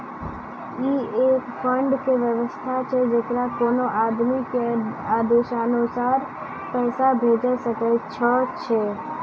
ई एक फंड के वयवस्था छै जैकरा कोनो आदमी के आदेशानुसार पैसा भेजै सकै छौ छै?